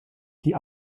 die